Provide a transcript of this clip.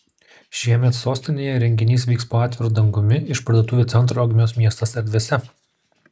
šiemet sostinėje renginys vyks po atviru dangumi išparduotuvių centro ogmios miestas erdvėse